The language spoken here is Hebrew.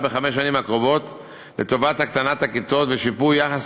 בחמש השנים הקרובות לטובת הקטנת הכיתות ושיפור יחס